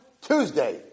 Tuesday